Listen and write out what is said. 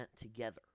together